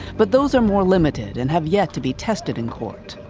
but those are more limited and have yet to be tested in court.